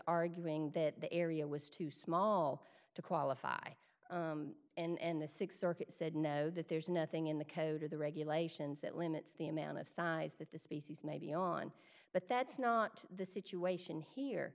arguing that the area was too small to qualify and the th circuit said no that there's nothing in the code or the regulations that limits the amount of size that the species may be on but that's not the situation here